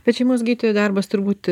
bet šeimos gydytojų darbas turbūt